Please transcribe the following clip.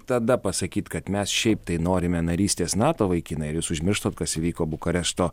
tada pasakyt kad mes šiaip tai norime narystės nato vaikinai ir jūs užmirštat kas įvyko bukarešto